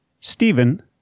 Stephen